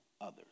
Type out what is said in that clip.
others